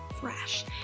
fresh